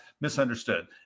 misunderstood